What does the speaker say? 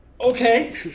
Okay